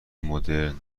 مدرن